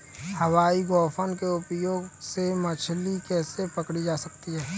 हवाई गोफन के उपयोग से मछली कैसे पकड़ी जा सकती है?